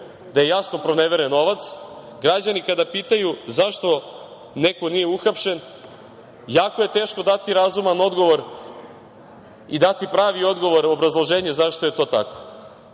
da je jasno proneveren novac. Građani kada pitaju zašto neko nije uhapšen, jako je teško dati razuman odgovor i dati pravi odgovor, obrazloženje zašto je to